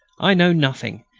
i know nothing,